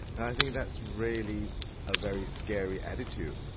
and i think that's really a very scary attitude,